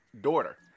daughter